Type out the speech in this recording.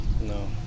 No